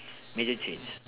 major change